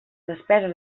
despeses